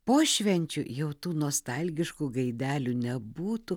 po švenčių jau tų nostalgiškų gaidelių nebūtų